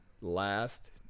last